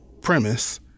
premise